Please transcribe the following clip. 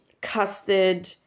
custard